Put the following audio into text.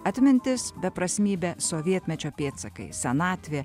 atmintis beprasmybė sovietmečio pėdsakai senatvė